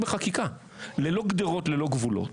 ללא גדרות וללא גבולות,